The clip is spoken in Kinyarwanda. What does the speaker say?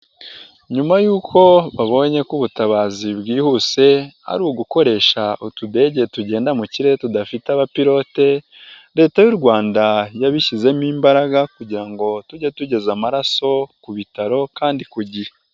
Nyuma yuko babonye ko ubutabazi bwihuse ari ugukoresha utudege tugenda mu kirere tudafite abapilote, Leta y'u Rwanda yabishyizemo imbaraga kugira ngo tujye tugeza amaraso ku bitaro kandi ku gihe.